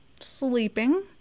sleeping